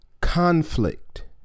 conflict